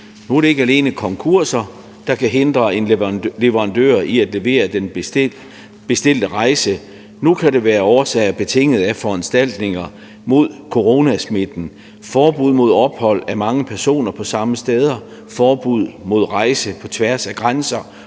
Nu er det ikke alene konkurser, der kan hindre en leverandør i at levere den bestilte rejse, men nu kan det være årsager betinget af foranstaltninger mod coronasmitten, forbud mod ophold af mange personer på samme steder, forbud mod at rejse på tværs af grænser